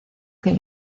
que